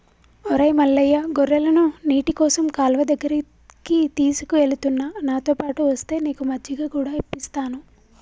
ఒరై మల్లయ్య గొర్రెలను నీటికోసం కాలువ దగ్గరికి తీసుకుఎలుతున్న నాతోపాటు ఒస్తే నీకు మజ్జిగ కూడా ఇప్పిస్తాను